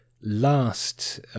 last